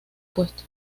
puesto